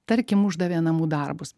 tarkim uždavė namų darbus